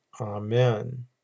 Amen